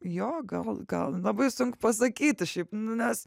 jo gal gal labai sunku pasakyti šiaip nu nes